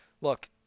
Look